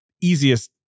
Easiest